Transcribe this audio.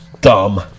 dumb